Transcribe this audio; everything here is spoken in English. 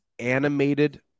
animated